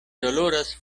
doloras